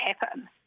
happen